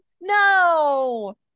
no